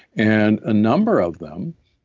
and a number of them,